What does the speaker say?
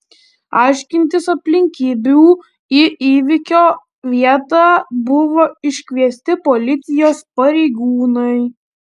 aiškintis aplinkybių į įvykio vietą buvo iškviesti policijos pareigūnai